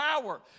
power